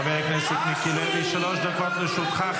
חבר הכנסת מיקי לוי, שלוש דקות לרשותך.